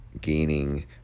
gaining